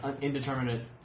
indeterminate